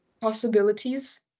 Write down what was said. possibilities